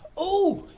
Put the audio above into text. oh,